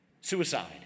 suicide